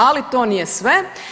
Ali to nije sve.